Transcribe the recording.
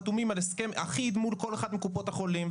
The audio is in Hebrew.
חתומים על הסכם אחיד מול כל אחת מקופות החולים,